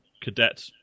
cadet